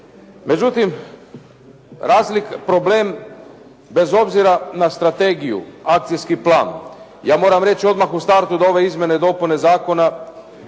Međutim, problem bez obzira na strategiju, akcijski plan ja moram reći odmah u startu da ove izmjene i dopune zakona